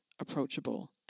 approachable